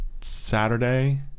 Saturday